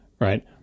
right